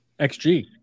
XG